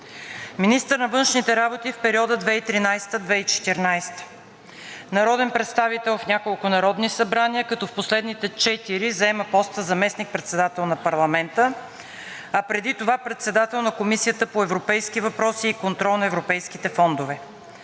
Министър на външните работи в периода 2013 – 2014 г., народен представител в няколко народни събрания, като в последните четири заема поста заместник-председател на парламента, а преди това председател на Комисията по европейски въпроси и контрол на Европейските фондове,